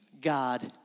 God